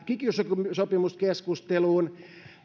kiky sopimuskeskusteluun